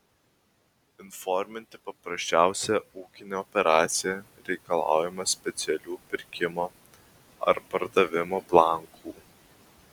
įforminti paprasčiausią ūkinę operaciją reikalaujama specialių pirkimo ar pardavimo blankų